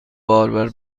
باربر